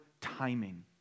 timing